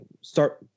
start